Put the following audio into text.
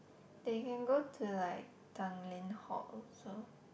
they can go to like Tanglin-Halt also